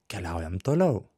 keliaujam toliau